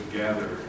gather